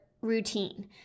routine